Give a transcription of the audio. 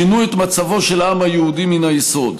שינו את מצבו של העם היהודי מן היסוד.